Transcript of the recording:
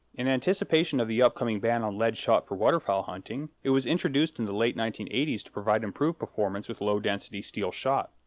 in anticipation of the upcoming ban on lead shot for waterfowl hunting, it was introduced in the late nineteen eighty s to provide improved performance with low-density steel shot,